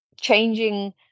changing